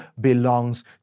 belongs